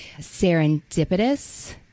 serendipitous